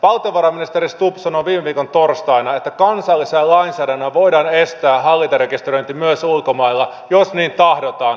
valtiovarainministeri stubb sanoi viime viikon torstaina että kansallisella lainsäädännöllä voidaan estää hallintarekisteröinti myös ulkomailla jos niin tahdotaan